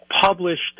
published